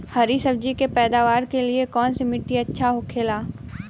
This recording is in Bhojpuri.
हरी सब्जी के पैदावार के लिए कौन सी मिट्टी अच्छा होखेला?